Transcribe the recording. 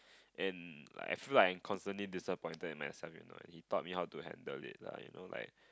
and I feel like constantly dissapointed and he taught me how to handle it lah you know like